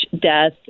death